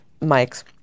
mics